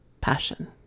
passion